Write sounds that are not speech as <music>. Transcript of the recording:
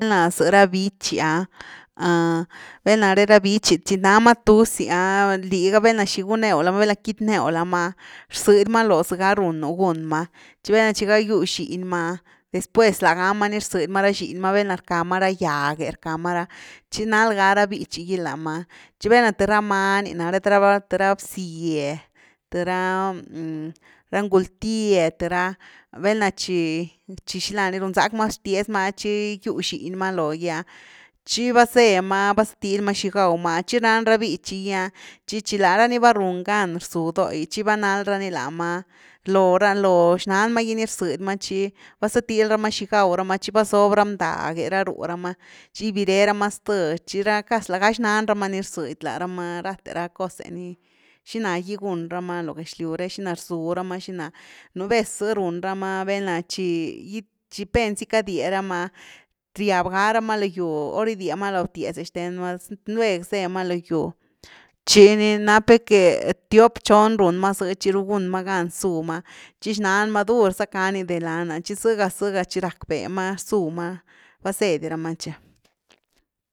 Valna sza rha bichi ah, <hesitation> valnare ra bichi tchi nama tuzy ah, liga valna xi gunew lama, valna kitnew lama ah, rzedy ma loo za ga runu gún ma, tchi velna tchi gal gyw xiny ma ah, después lágama ni rzëdy ma ra xiny ma velna rka ma ra gyag’e rckama ra, tchi nalga ra bíchy gy lama tchi velna th ra many nare, th ra-th ra bzye, th ra-ra ngul-tye, th ra, velna tchi, tchi xila ni runzack ma xbtiezma ah tchi yu xiny ma logy’a tchi vaséma vasa til ma xi gaw ma, tchi ran ra bíchy gy ah tchi chi lara ni va run ga rzu doi, tchi vanal ra ni lama, loo ra lo xnan magui ni rzëdy tchi vazatil rama xi gaw rawrama tchi vazob ra mndague ra rú rama, tchi gibiree rama zth txi ra casi la ga xnan rama ni rzëdy larama rathe ra cose ni xina gy gun rama lo gexlyw re, xina gy rzu rama xina, nú vez ze run rama valna tchi pénzy cadie rama riab ga rama lo gyw hor ni gydiema lo btiez’e xten ma lueg ze ma lo gyw tchi ni nap que tiop tchon run ma zë tchi ru gun ma gan zú má tchi xnan ma dur za cani deland’a tchi zega zega tchi rackbe ma zuma vazé di rama tchi.